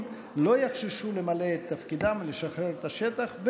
לא יחששו למלא את תפקידם ולשחרר את השטח,